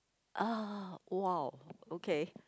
uh !wow! okay